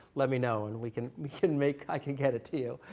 let me know, and we can can make i can get it to you,